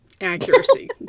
accuracy